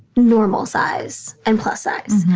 normal size and plus size.